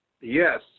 Yes